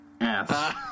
ass